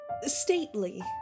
stately